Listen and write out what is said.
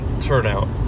turnout